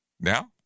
Now